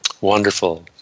Wonderful